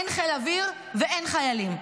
אין חיל אוויר ואין חיילים.